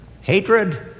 hatred